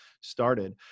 started